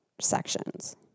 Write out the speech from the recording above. sections